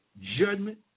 judgment